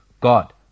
God